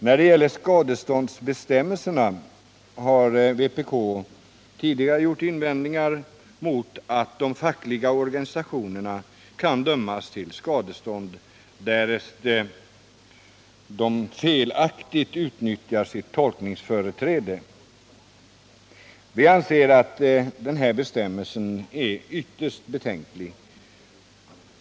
När det gäller skadeståndsbestämmelserna har vpk tidigare gjort invändningar mot att de fackliga organisationerna kan dömas till skadestånd, därest de felaktigt utnyttjar sitt tolkningsföreträde. Vi anser att denna bestämmelse är ytterst betänklig.